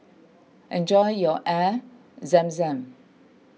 enjoy your Air Zam Zam